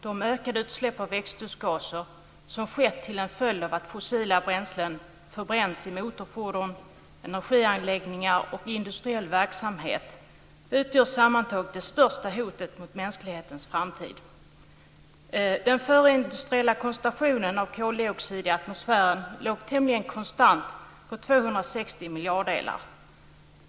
De ökade utsläpp av växthusgaser som skett till följd av att fossila bränslen förbränns i motorfordon, energianläggningar och industriell verksamhet utgör sammantaget det största hotet mot mänsklighetens framtid. Den förindustriella koncentrationen av koldioxid i atmosfären låg tämligen konstant på 260 miljarddelar.